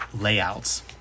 layouts